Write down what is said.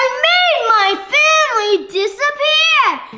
made my family disappear!